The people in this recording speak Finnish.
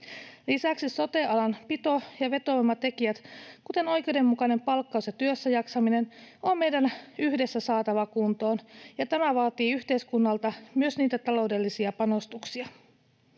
Lisäksi sote-alan pito‑ ja vetovoimatekijät, kuten oikeudenmukainen palkkaus ja työssäjaksaminen, on meidän yhdessä saatava kuntoon, ja tämä vaatii yhteiskunnalta myös niitä taloudellisia panostuksia.